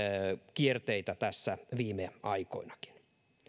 kierteitä tässä viime aikoinakin